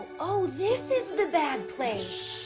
oh, this is the bad place shh!